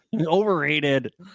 Overrated